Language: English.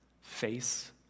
face